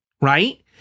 Right